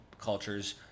cultures